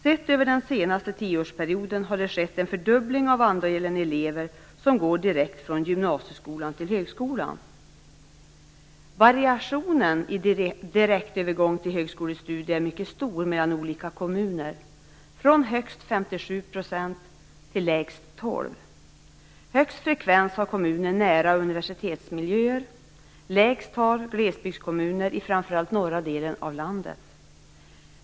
Sett över den senaste tioårsperioden har det skett en fördubbling av andelen elever som går direkt från gymnasieskolan till högskolan. Variationen i direktövergång till högskolestudier är mycket stor mellan olika kommuner, från högst 57 % till lägst 12 %. Högst frekvens har kommuner nära universitetsmiljöer, lägst har glesbygdskommuner i framför allt norra delen av landet.